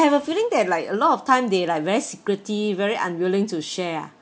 I have a feeling that like a lot of time they like very secretive very unwilling to share ah